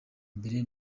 mbere